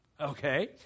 okay